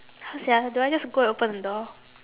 how sia do I just go and open the door